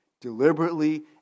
deliberately